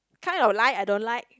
kinds of light I don't like